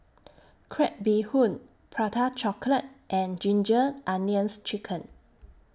Crab Bee Hoon Prata Chocolate and Ginger Onions Chicken